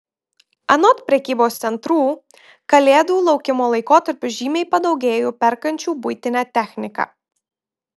anot prekybos centrų kalėdų laukimo laikotarpiu žymiai padaugėjo perkančių buitinę techniką